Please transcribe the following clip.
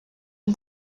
but